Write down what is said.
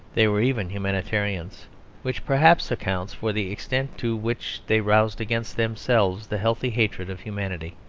they were even humanitarians which perhaps accounts for the extent to which they roused against themselves the healthy hatred of humanity.